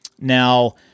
Now